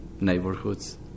neighborhoods